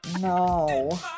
no